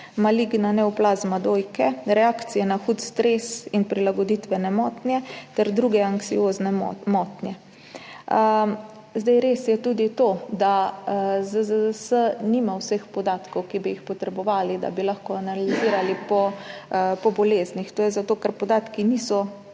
maligna neoplazma dojke, reakcije na hud stres in prilagoditvene motnje ter druge anksiozne motnje. Res je tudi to, da ZZZS nima vseh podatkov, ki bi jih potrebovali, da bi lahko analizirali po boleznih. To je zato, ker podatki po